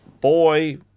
boy